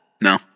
No